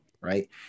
right